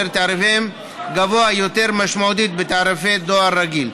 אשר תעריפם גבוה משמעותית מתעריף דואר רגיל.